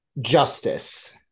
Justice